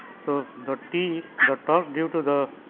sort of the t the torque due to the